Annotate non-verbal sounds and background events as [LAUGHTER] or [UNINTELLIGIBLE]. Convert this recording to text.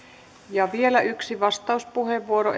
ja vielä yksi vastauspuheenvuoro [UNINTELLIGIBLE]